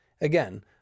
Again